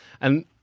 And-